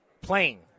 playing